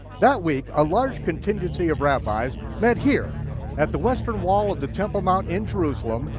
that week, a large contingency of rabbis met here at the western wall at the temple mount in jerusalem,